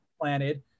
planted